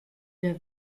der